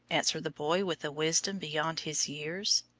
answered the boy with a wisdom beyond his years.